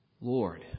Lord